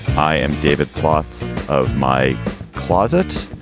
i am david plotz of my closet.